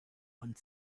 und